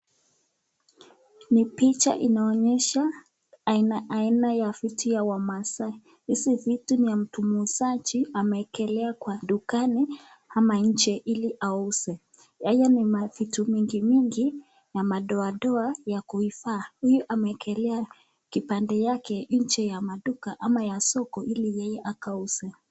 Ni picha inaonyesha aina aina vitu za wamasaai. Hizi vitu ni ya muuzaji ameekelea kwa dukani ama nje ili auze. Yeye ana mavitu mingi mingi na madoadoa ya kuifaa. Huyu ameekelea kibande yake nje ya maduka ama soko ili yeye akauze.